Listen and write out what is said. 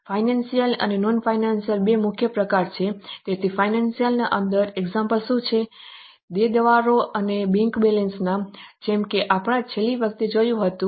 financial અને non financial બે મુખ્ય પ્રકારો છે તેથી ફાઇનાન્સિયલ અંદર ઉદાહરણ શું છે દેવાદારો અને બેંક બેલેન્સ જેમ કે આપણે છેલ્લી વખત જોયું હતું